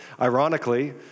Ironically